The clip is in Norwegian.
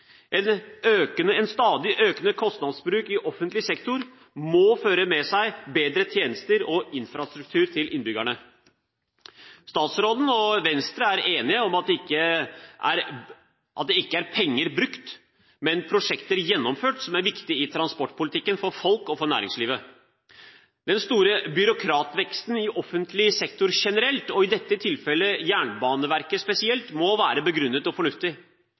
stadig økende kostnadsbruk i offentlig sektor må føre med seg bedre tjenester og infrastruktur til innbyggerne. Statsråden og Venstre er enige om at det ikke er penger brukt, men prosjekter gjennomført som er viktig i transportpolitikken for folk og for næringslivet. Den store byråkratveksten i offentlig sektor generelt og – i dette tilfellet – Jernbaneverket spesielt må være begrunnet og fornuftig.